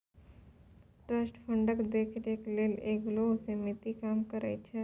trust फंडक देखरेख लेल एगो समिति काम करइ छै